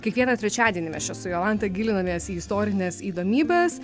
kiekvieną trečiadienį mes čia su jolanta gilinamės į istorines įdomybes